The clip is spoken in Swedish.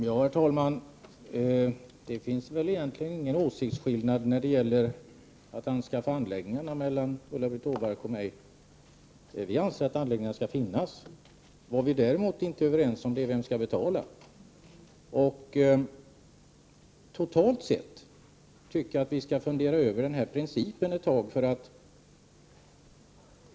Herr talman! Det finns egentligen ingen åsiktsskillnad mellan Ulla-Britt Åbark och mig i frågan om man skall anskaffa anläggningar eller ej. Vi miljöpartister anser att anläggningar skall finnas. Det vi däremot inte är överens om är vem som skall betala. Allmänt sett anser jag att vi skall fundera över vilken princip vi skall ha.